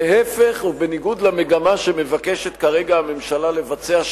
להיפך ובניגוד למגמה שמבקשת כרגע הממשלה לבצע,